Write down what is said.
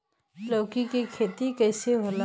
लौकी के खेती कइसे होला?